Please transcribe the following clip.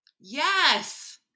Yes